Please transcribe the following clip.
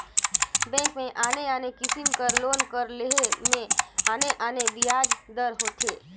bank में आने आने किसिम कर लोन कर लेहे में आने आने बियाज दर होथे